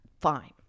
fine